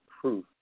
proof